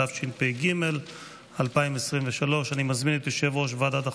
התשפ"ג 2023. אני מזמין את יושב-ראש ועדת החוקה,